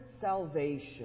salvation